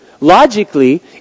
logically